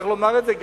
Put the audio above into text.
צריך לומר את זה,